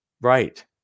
right